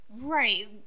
Right